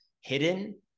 hidden